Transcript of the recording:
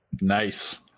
Nice